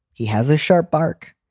he has a sharp bark.